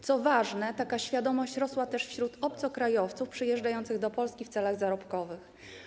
Co ważne, taka świadomość rosła też wśród obcokrajowców przyjeżdżających do Polski w celach zarobkowych.